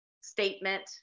statement